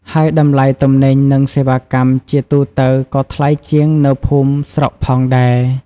ហើយតម្លៃទំនិញ និងសេវាកម្មជាទូទៅក៏ថ្លៃជាងនៅភូមិស្រុកផងដែរ។